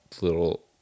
little